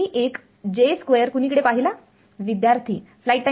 तुम्ही एक कुणीकडे पाहिला